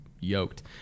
yoked